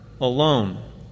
alone